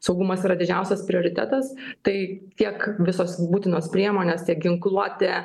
saugumas yra didžiausias prioritetas tai tiek visos būtinos priemonės tiek ginkluotė